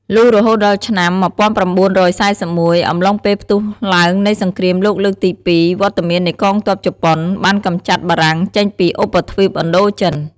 លុះរហូតដល់ឆ្នាំ ១៩៤១ អំឡុងពេលផ្ទុះឡើងនៃ សង្គ្រាមលោកលើកទី២វត្តមាននៃកងទ័ព ជប៉ុន បានកំចាត់បារាំងចេញពីឧបទ្វីបឥណ្ឌូចិន ។